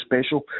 special